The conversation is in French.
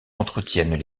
entretiennent